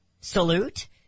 salute